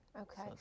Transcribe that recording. okay